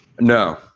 no